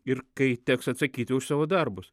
ir kai teks atsakyti už savo darbus